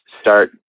start